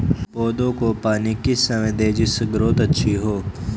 पौधे को पानी किस समय दें जिससे ग्रोथ अच्छी हो?